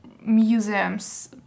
museums